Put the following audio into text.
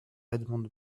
edmond